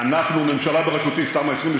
תיפגש אתם, תעשה סיור בראש-פינה פעם אחת.